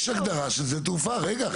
יש הגדרה של שדה תעופה, רגע, חברה.